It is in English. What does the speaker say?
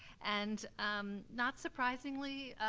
and um not surprisingly,